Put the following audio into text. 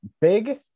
Big